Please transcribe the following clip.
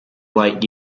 late